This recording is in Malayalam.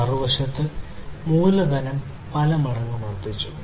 മറുവശത്ത് മൂലധനം പല മടങ്ങ് വർദ്ധിച്ചു